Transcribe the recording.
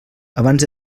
abans